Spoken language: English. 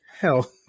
Hell